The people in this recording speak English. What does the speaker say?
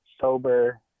sober